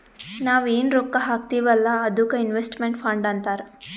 ನಾವ್ ಎನ್ ರೊಕ್ಕಾ ಹಾಕ್ತೀವ್ ಅಲ್ಲಾ ಅದ್ದುಕ್ ಇನ್ವೆಸ್ಟ್ಮೆಂಟ್ ಫಂಡ್ ಅಂತಾರ್